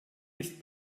ist